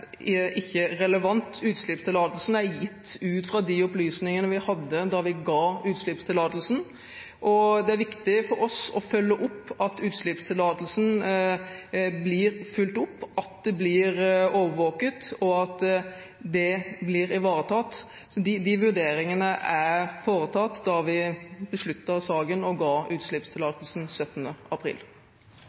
ikke relevant. Utslippstillatelsen er gitt ut fra de opplysningene vi hadde da vi ga utslippstillatelsen, og det er viktig for oss å følge opp at utslippstillatelsen blir fulgt opp, at det blir overvåket, og at det blir ivaretatt. De vurderingene ble foretatt da vi besluttet i saken og ga utslippstillatelsen 17. april.